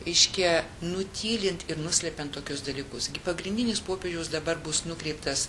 reiškia nutylint ir nuslepiant tokius dalykus gi pagrindinis popiežiaus dabar bus nukreiptas